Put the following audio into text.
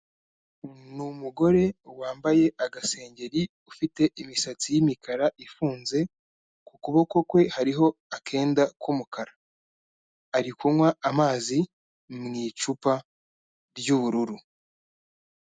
Ni umugore wambaye agasengeri, ufite imisatsi y'imikara ifunze, ku kuboko kwe hariho akenda k'umukara. Ari kunywa amazi mu icupa ry'ubururu.